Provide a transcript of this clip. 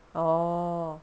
orh